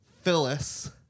Phyllis